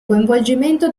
coinvolgimento